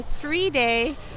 three-day